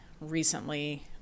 recently